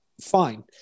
fine